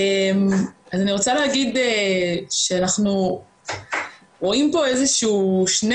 אני רוצה להגיד שאנחנו רואים פה איזה שהוא שני